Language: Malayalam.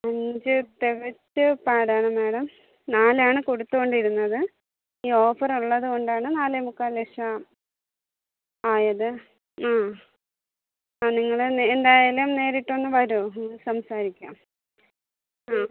അഞ്ചു തികച്ച് പാടാണ് മാഡം നാലാണ് കൊടുത്തുകൊണ്ട് ഇരുന്നത് ഈ ഓഫറുള്ളത് കൊണ്ടാണ് നാലേമുക്കാൽ ലക്ഷം ആയത് മ് ആ നിങ്ങളെന്തായാലും നേരിട്ടൊന്ന് വരൂ എന്നിട്ട് സംസാരിക്കാം ആ